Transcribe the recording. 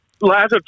last